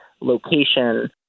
location